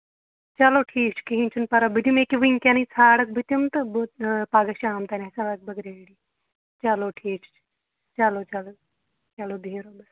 چلو ٹھیٖک چھُ کِہیٖنٛۍ چھُنہٕ پَرواے بہٕ دِمہٕ ییٚکیاہ وٕنکیٚنٕے ژھارکھ بہٕ تِم تہٕ بہٕ پگہہ شام تانۍ آسن لگ بگ ریٚڈی چلو ٹھیٖک چھُ چلو چلو چلو بیٚہِو رۄبَس حَوالہٕ